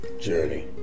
journey